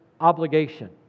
obligation